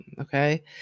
Okay